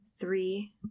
three